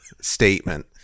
statement